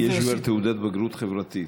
יש כבר תעודת בגרות חברתית.